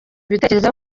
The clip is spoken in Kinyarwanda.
ibitekerezo